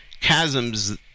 chasms